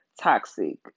toxic